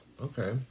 okay